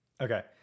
Okay